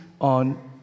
on